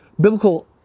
biblical